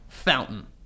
Fountain